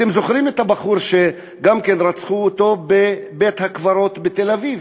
אתם זוכרים את הבחור שגם כן רצחו אותו בבית-הקברות בתל-אביב,